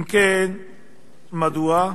2. אם כן, מדוע?